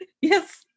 Yes